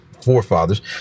forefathers